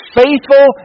faithful